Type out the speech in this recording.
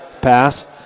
pass